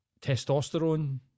testosterone